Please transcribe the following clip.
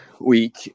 week